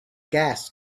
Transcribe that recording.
gas